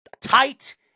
Tight